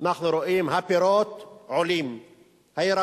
עם חמישה ילדים בארץ,